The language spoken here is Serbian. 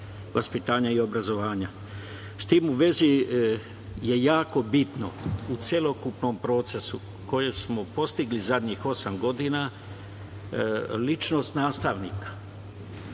vaspitanja i obrazovanja. S tim u vezi je jako bitno u celokupnom procesu koje smo postigli zadnjih osam godina - ličnost nastavnika.